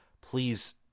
please